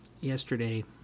yesterday